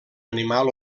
animal